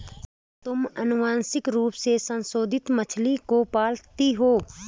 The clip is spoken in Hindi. क्या तुम आनुवंशिक रूप से संशोधित मछली को पालते हो?